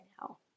now